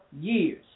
years